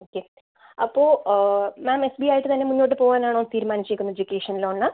okay അപ്പോൾ ma'am S B ആയിട്ട് തന്നെ മുന്നോട്ട് പോവാൻ ആണോ തീരുമാനിച്ചിരിക്കുന്നത് എഡ്യൂക്കേഷൻ ലോണിന്